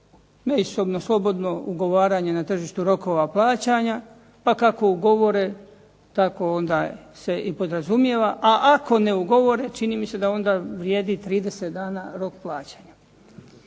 međusobno slobodno ugovaranje na tržištu rokova plaćanja pa kako ugovore tako onda se i podrazumijeva a ako ne ugovore čini mi se da onda vrijedi 30 dana rok plaćanja.